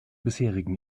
bisherigen